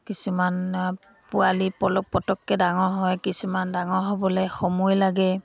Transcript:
কিছুমান পোৱালি পলপ পটককে ডাঙৰ হয় কিছুমান ডাঙৰ হ'বলে সময় লাগে